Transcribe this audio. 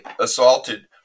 assaulted